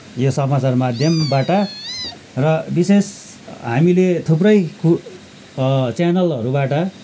यो समाचार माध्यमबाट र विशेष हामीले थुप्रै कु च्यानलहरूबाट